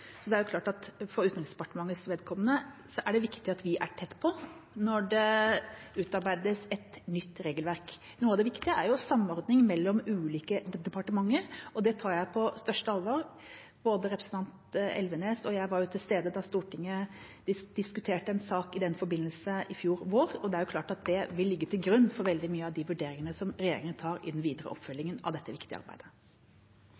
Det er klart at for Utenriksdepartementets vedkommende er det viktig at vi er tett på når det utarbeides et nytt regelverk. Noe av det viktige er samordning mellom ulike departementer, og det tar jeg på største alvor. Både representanten Elvenes og jeg var til stede da Stortinget diskuterte en sak i den forbindelse i fjor vår, og det er klart at det vil ligge til grunn for veldig mange av de vurderingene som regjeringen tar i den videre